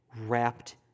wrapped